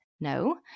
No